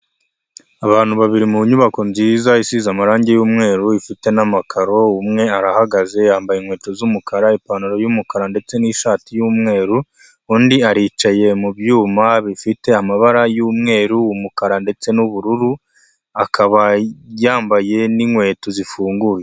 Abantu babiri mu nyubako nziza isize amarangi y'umweru ifite n'amakaro, umwe arahagaze, yambaye inkweto z'umukara, ipantaro y'umukara ndetse n'ishati y'umweru, undi aricaye mu byuma bifite amabara y'umweru, umukara ndetse n'ubururu, akaba yambaye n'inkweto zifunguye.